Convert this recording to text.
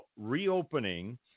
reopening